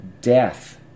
death